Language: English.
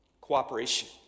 Cooperation